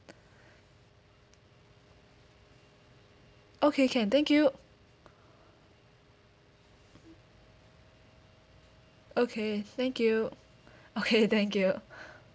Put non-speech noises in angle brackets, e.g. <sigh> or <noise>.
<breath> okay can thank you <breath> okay thank you <breath> okay thank you <breath>